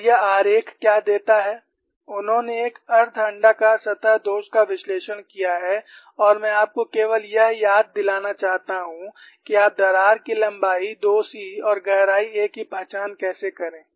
और यह आरेख क्या देता है उन्होंने एक अर्ध अण्डाकार सतह दोष का विश्लेषण किया है और मैं आपको केवल यह याद दिलाना चाहता हूं कि आप दरार की लंबाई 2c और गहराई a की पहचान कैसे करें